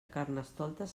carnestoltes